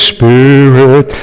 Spirit